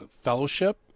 fellowship